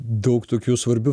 daug tokių svarbių